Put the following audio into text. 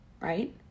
Right